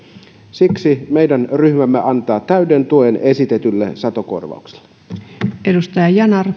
siksi meidän ryhmämme antaa täyden tuen esitetylle satokorvaukselle